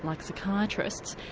like psychiatrists,